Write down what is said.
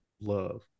love